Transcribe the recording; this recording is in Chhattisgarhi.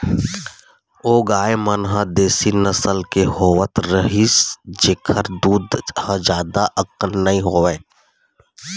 ओ गाय मन ह देसी नसल के होवत रिहिस जेखर दूद ह जादा अकन नइ होवय